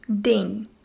DING